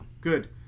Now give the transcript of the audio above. good